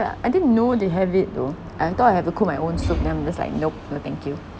I didn't know they have it though I thought I have to cook my own soup then I'm just like nope no thank you